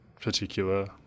particular